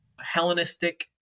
Hellenistic